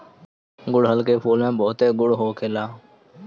गुड़हल के फूल में बहुते गुण होखेला